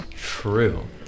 true